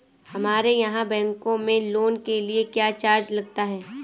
हमारे यहाँ बैंकों में लोन के लिए क्या चार्ज लगता है?